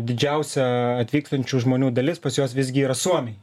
didžiausia atvykstančių žmonių dalis pas juos visgi yra suomiai